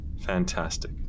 Fantastic